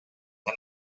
and